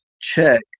check